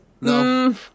No